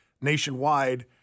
nationwide